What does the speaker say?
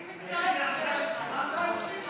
אני מצטרפת תתביישי לך, בתור ימין חדש.